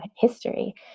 history